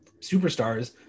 superstars